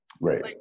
Right